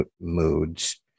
moods